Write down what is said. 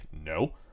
no